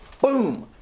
boom